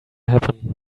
happen